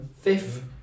Fifth